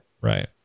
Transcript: Right